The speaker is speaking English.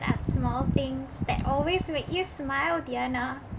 are small things that always you make you smile diana